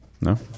No